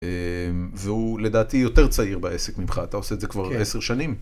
והוא לדעתי יותר צעיר בעסק ממך, אתה עושה את זה כבר עשר שנים.